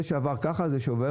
זה שעבר ניתוח,